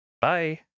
bye